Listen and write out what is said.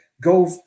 Go